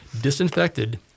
disinfected